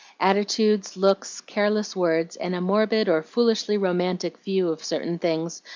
attitudes, looks, careless words, and a morbid or foolishly romantic view of certain things,